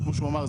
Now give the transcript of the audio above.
כמו שהוא אמר,